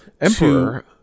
Emperor